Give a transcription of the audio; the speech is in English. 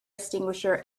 extinguisher